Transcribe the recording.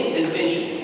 invention